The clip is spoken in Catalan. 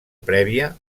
prèvia